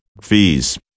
fees